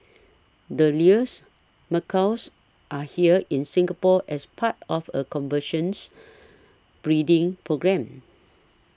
the Lear's macaws are here in Singapore as part of a conversions breeding programme